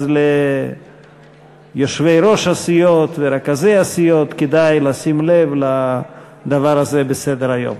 אז ליושבי-ראש הסיעות ורכזי הסיעות כדאי לשים לב לדבר הזה בסדר-היום.